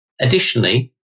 Additionally